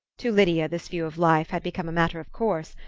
to lydia this view of life had become a matter of course,